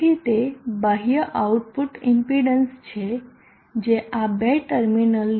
તેથી તે બાહ્ય આઉટપુટ ઈમ્પીડન્સ છે જે આ બે ટર્મિનલ